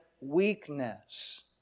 weakness